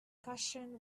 cushion